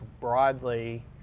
broadly